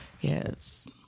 Yes